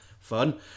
Fun